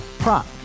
Prop